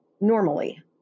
normally